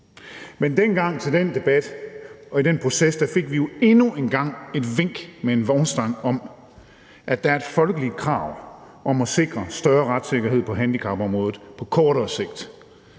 Men dengang ved den debat og i den proces fik vi jo endnu en gang et vink med en vognstang om, at der er et folkeligt krav om at sikre større retssikkerhed på handicapområdet på kortere sigt.